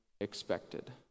expected